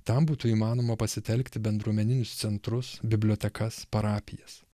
tam būtų įmanoma pasitelkti bendruomeninius centrus bibliotekas parapijas